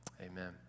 amen